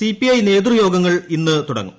C P I നേതൃയോഗ്ങ്ങൾ ഇന്ന് തുടങ്ങും